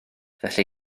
felly